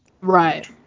Right